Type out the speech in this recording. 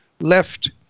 left